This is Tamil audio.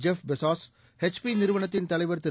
ஜெப் பெசாஸ் எச்பி நிறுவனத்தின் தலைவா் திரு